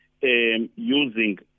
using